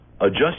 adjust